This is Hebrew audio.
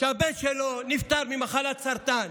שהבן שלו נפטר ממחלת הסרטן